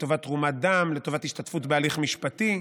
לטובת תרומת דם, לטובת השתתפות בהליך משפטי,